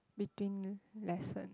between lesson